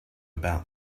about